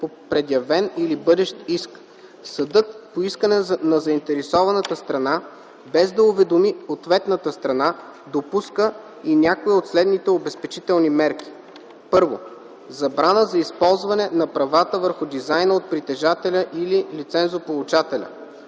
предявен или бъдещ иск. Съдът по искане на заинтересованата страна, без да уведоми ответната страна, допуска и някоя от следните обезпечителни мерки: 1. забрана за използване на правата върху дизайна от притежателя или лицензополучателя;